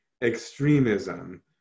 extremism